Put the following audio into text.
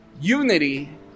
Unity